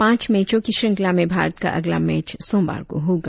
पांच मैचों की श्रृंखला में भारत का अगला मैच सोमवार को होगा